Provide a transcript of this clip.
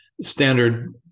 standard